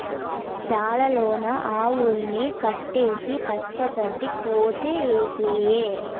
సాల లోన ఆవుల్ని కట్టేసి పచ్చ గడ్డి కోసె ఏసేయ్